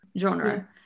genre